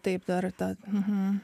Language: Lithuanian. taip dar ta